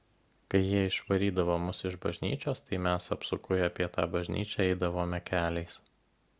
kai jie išvarydavo mus iš bažnyčios tai mes apsukui apie tą bažnyčią eidavome keliais